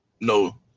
no